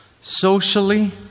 socially